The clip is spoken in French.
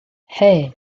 hey